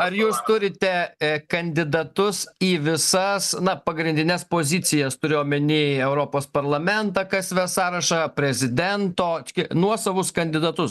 ar jūs turite e kandidatus į visas na pagrindines pozicijas turiu omeny europos parlamentą kas ves sąrašą prezidento tški nuosavus kandidatus